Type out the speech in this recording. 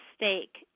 mistake